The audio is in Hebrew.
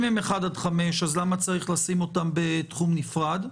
אם הן 1 עד 5, למה צריך לשים אותן בתחום נפרד?